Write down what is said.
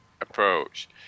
approach